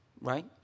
right